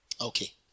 Okay